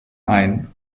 ein